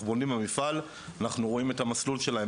בונים במפעל ואנחנו רואים את המסלול שלהם,